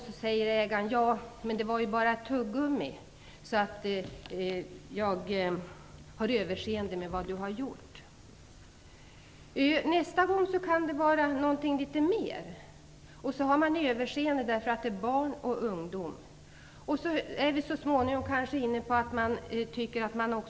Så säger ägaren: Det var ju bara tuggummi, så jag har överseende med vad du har gjort. Nästa gång kan det vara litet mer. Så har man överseende igen därför att det handlar om barn och ungdom. Så småningom är vi kanske inne på att man också ta en bil.